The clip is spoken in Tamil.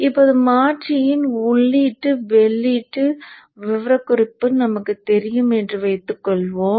இப்போது மாற்றியின் உள்ளீட்டு வெளியீட்டு விவரக்குறிப்பு நமக்கு தெரியும் என்று வைத்துக்கொள்வோம்